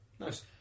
nice